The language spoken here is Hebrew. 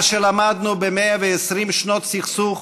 מה שלמדנו ב-120 שנות סכסוך